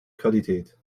qualität